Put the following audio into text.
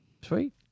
Sweet